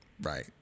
Right